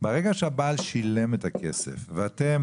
ברגע שהבעל שילם את הכסף ואתם